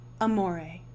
Amore